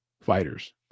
Fighters